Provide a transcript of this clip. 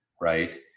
right